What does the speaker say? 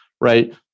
right